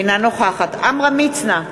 אינה נוכחת עמרם מצנע,